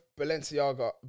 Balenciaga